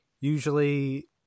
usually